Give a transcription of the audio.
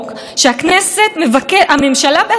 היכולת להציג הצעות אי-אמון,